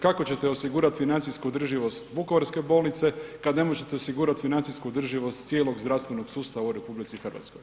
Kako ćete osigurati financijsku održivost Vukovarske bolnice kad ne možete osigurati financijsku održivost cijelog zdravstvenog sustava u RH?